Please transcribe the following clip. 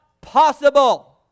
possible